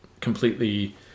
completely